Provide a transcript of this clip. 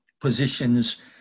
positions